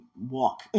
walk